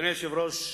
אדוני היושב-ראש,